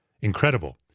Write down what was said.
Incredible